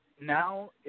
Now